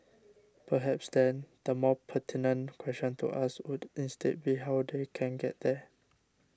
perhaps then the more pertinent question to ask would instead be how they can get there